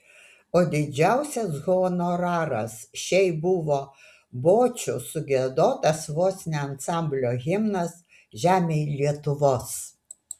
o didžiausias honoraras šiai buvo bočių sugiedotas vos ne ansamblio himnas žemėj lietuvos